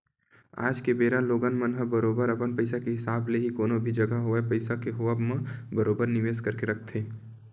आज के बेरा लोगन मन ह बरोबर अपन पइसा के हिसाब ले ही कोनो भी जघा होवय पइसा के होवब म बरोबर निवेस करके रखथे